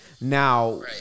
Now